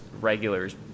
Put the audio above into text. regulars